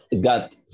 got